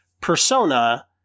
persona